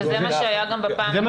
וזה מה שהיה גם בפעם הקודמת.